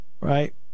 right